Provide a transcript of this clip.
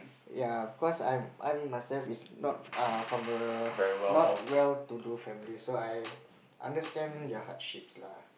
ya cause I'm I'm myself is not uh from a not well to do family so I understand their hardships lah